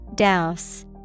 Douse